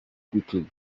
quickly